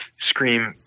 Scream